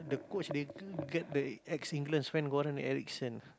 the coach they g~ get the ex England Sven-Goran Eriksson